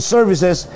Services